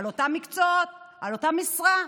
אותם מקצועות, אותה משרה.